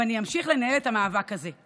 ואני אמשיך לנהל את המאבק הזה.